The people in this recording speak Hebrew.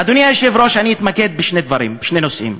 אדוני היושב-ראש, אני אתמקד בשני נושאים.